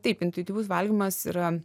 taip intuityvus valgymas yra